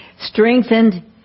Strengthened